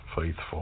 faithful